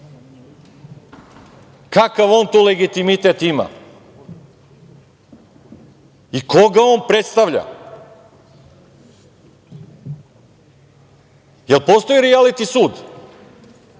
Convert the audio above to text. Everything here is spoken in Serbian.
Kakav on to legitimitet ima i koga on predstavlja? Postoji li rijaliti sud?